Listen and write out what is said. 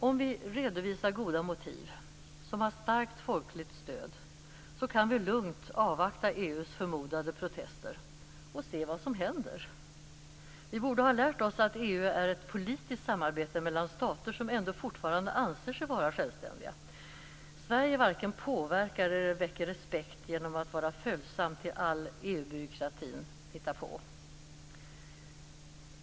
Om vi redovisar goda motiv som har starkt folkligt stöd, kan vi lugnt avvakta EU:s förmodade protester och se vad som händer. Vi borde ha lärt oss att EU är ett politiskt samarbete mellan stater som ändå fortfarande anser sig vara självständiga. Sverige varken påverkar eller väcker respekt genom att vara följsamt till allt som EU-byråkratin hittar på.